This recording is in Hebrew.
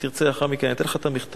אם תרצה, לאחר מכן אני אתן לך את המכתב.